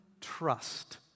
trust